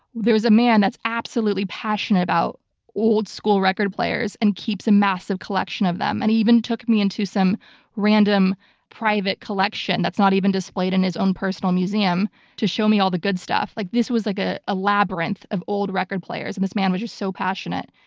there was a man that's absolutely passionate about old school record players and keeps a massive collection of them and even took me into some random private collection that's not even displayed in his own personal museum to show me the good stuff. like this was like ah a labyrinth of old record players and this man was just so passionate.